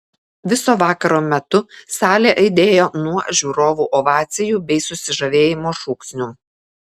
viso vakaro metu salė aidėjo nuo žiūrovų ovacijų bei susižavėjimo šūksnių